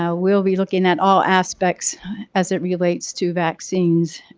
ah we'll be looking at all aspects as it relates to vaccines